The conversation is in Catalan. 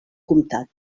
comtat